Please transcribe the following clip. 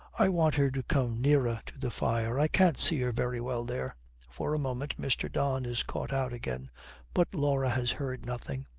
i want her to come nearer to the fire i can't see her very well there for a moment mr. don is caught out again but laura has heard nothing.